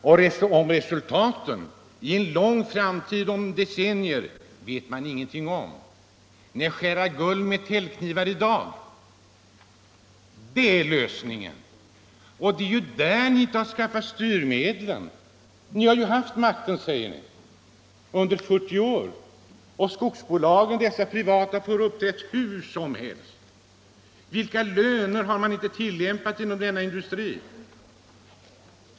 Och om resultaten i en avlägsen framtid vet man ingenting. Nej, skära guld med täljknivar i dag — det är lösningen. Det är där ni skall skaffa ”styrmedlen”! Ni har haft makten under 40 år, och de privata skogsbolagen har fått uppträda hur som helst. Vilka löner har man inte tillämpat i denna industri!